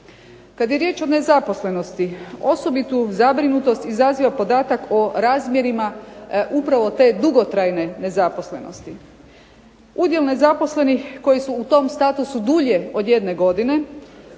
Kad je riječ o nezaposlenosti, osobitu zabrinutost izaziva podatak o razmjerima upravo te dugotrajne nezaposlenosti. Udjel nezaposlenih koji su u tom statusu dulje od jedne godine,